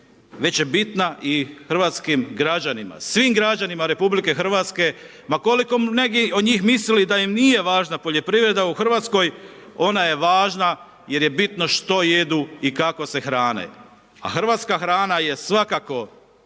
već je bitna i hrvatskim građanima, svim građanima RH, ma koliko neki od njih mislili da im nije važna poljoprivreda u RH, ona je važna jer je bitno što jedu i kako se hrane. A hrvatska hrana je svakako